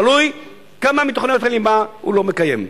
תלוי כמה מתוכנית הליבה הוא לא מקיים.